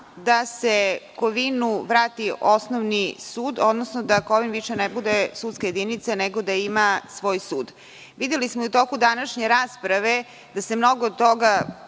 da se Kovinu vrati osnovni sud, odnosno da Kovin više ne bude sudska jedinica, nego da ima svoj sud. Videli smo i u toku današnje rasprave da su mnogi poslanici